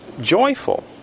joyful